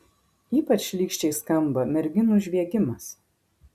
ypač šlykščiai skamba merginų žviegimas